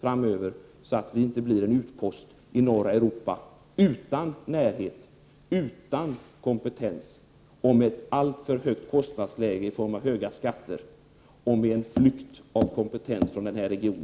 framöver, så att vi inte blir en utpost i norra Europa utan närhet och utan kompetens men med ett alltför högt kostnadsläge i form av höga skatter och med en flykt av kompetens från denna region.